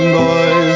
boys